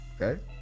Okay